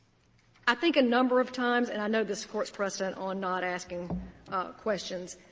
i think a number of times and i know this court's precedent on not asking questions